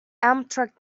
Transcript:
amtrak